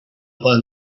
poden